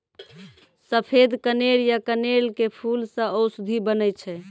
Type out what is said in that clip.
सफेद कनेर या कनेल के फूल सॅ औषधि बनै छै